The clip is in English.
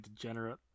degenerate